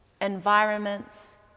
Environments